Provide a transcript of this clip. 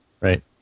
Right